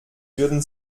würden